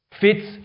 fits